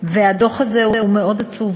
והדוח הזה הוא מאוד עצוב